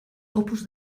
opus